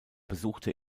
besuchte